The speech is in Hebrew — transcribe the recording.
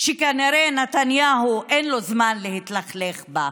שכנראה לנתניהו אין זמן להתלכלך בה.